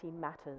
matters